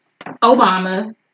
Obama